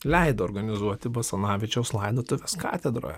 leido organizuoti basanavičiaus laidotuves katedroje